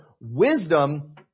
wisdom